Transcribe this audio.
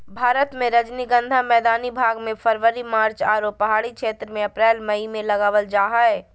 भारत मे रजनीगंधा मैदानी भाग मे फरवरी मार्च आरो पहाड़ी क्षेत्र मे अप्रैल मई मे लगावल जा हय